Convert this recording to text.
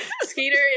Skeeter